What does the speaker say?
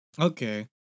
Okay